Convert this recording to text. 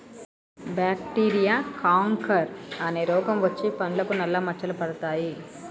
bacteria canker అనే రోగం వచ్చి పండ్లకు నల్ల మచ్చలు పడతాయి